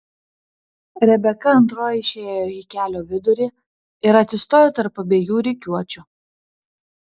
rebeka antroji išėjo į kelio vidurį ir atsistojo tarp abiejų rikiuočių